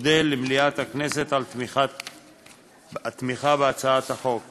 אודה למליאת הכנסת על תמיכה בהצעת החוק.